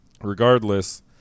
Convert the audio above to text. regardless